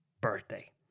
birthday